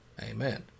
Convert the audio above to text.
Amen